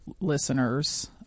listeners